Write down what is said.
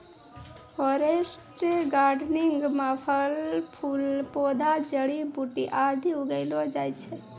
forest gardening म फल फूल पौधा जड़ी बूटी आदि उगैलो जाय छै